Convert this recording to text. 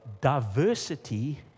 diversity